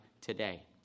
today